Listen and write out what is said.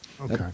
Okay